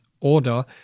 order